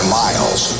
miles